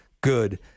good